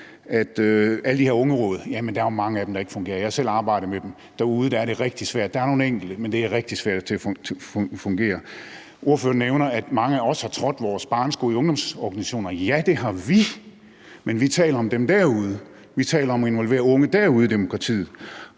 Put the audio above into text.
alle de her ungeråd. Jamen der er jo mange af dem, der ikke fungerer. Jeg har selv arbejdet med dem derude. Der er det rigtig svært. Der er nogle enkelte, men det er rigtig svært at få til at fungere. Ordføreren nævner, at mange af os har trådt vores barnesko i ungdomsorganisationer. Ja, det har vi. Men vi taler om dem derude. Vi taler om at involvere de unge derude i demokratiet.